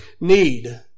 need